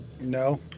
No